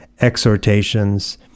exhortations